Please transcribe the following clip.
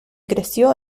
creció